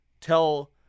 tell